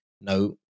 no